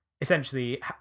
essentially